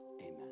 amen